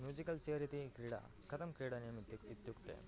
musical chair इति क्रीडा कथं क्रीडनीयम् इति इत्युक्ते